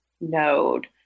node